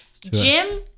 jim